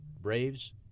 Braves